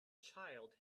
child